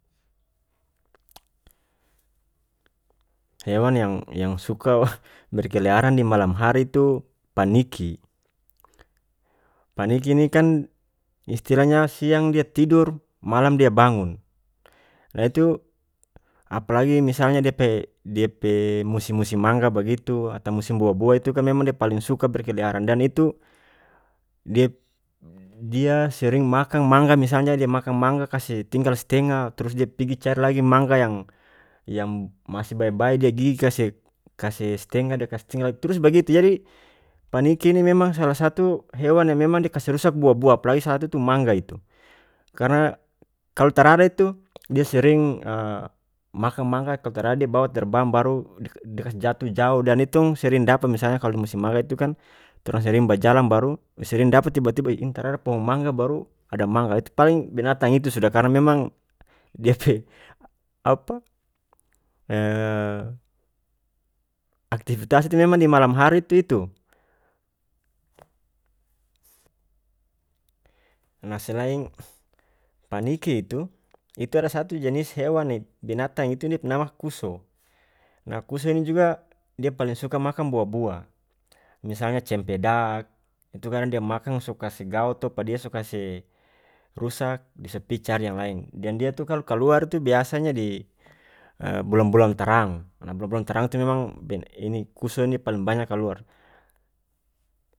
Hewan yang-yang suka berkeliaran dimalam hari itu paniki paniki ini kan istilahnya siang dia tidor malam dia bangun nah itu apalagi yang misalnya dia pe-dia pe musim musim mangga bagitu atau musim buah buah itu kan memang dia paling suka berkeliaran dan itu diap-dia sering makang mangga misalnya dia makang mangga kase tinggal stengah trus dia pigi cari lagi mangga yang-yang masih bae bae dia gigi kase-kase stengah dia kase tinggal trus bagitu jadi paniki ini memang salah satu hewan yang memang dia kase rusak buah buah apalagi satu itu mangga itu karena kalu tarada itu dia sering makang mangga kalu tarada dia bawa terbang baru dia-dia kase jatuh jaoh dan itu tong sering dapa misalnya kalu musim mangga itu kan torang sering bajalang baru sering dapa tiba tiba eh ini tarada pohong mangga baru ada mangga itu paling binatang itu sudah karena memang dia pe apa aktifitas itu memang dimalam hari tu itu nah selain paniki itu itu ada satu jenis hewan binatang itu dia pe nama kuso nah kuso ini juga dia paleng suka makang buah buah misalnya cempedak itu kan dia makang so kase gaoto pa dia so kase rusak dia so pi cari yang laeng deng dia itu kalu kaluar itu biasanya di bulan bulan tarang nah bulan bulan tarang itu memang ini kuso ini paling banya kaluar.